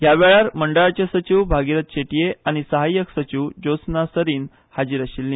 ह्या वेळार मंडळाचे सचिव भागीरथ शेटीये आनी सहाय्यक सचिव ज्योत्स्ना सरीन हाजीर आशील्ले